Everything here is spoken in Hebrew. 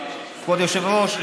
כבוד היושב-ראש,